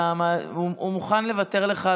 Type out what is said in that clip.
הוא מוכן לוותר לך,